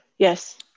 Yes